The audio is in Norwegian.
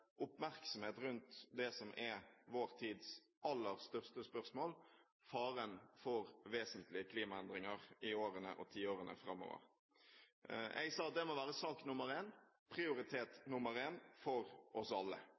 oppmerksomhet rundt det som er vår tids aller største spørsmål – faren for vesentlige klimaendringer i årene og tiårene framover. Jeg sa at det må være sak nr. 1, prioritet nr. 1, for oss alle.